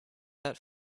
that